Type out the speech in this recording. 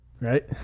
Right